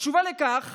התשובה לכך